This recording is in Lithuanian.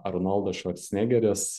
arnoldas švarcnegeris